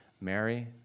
Mary